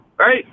Right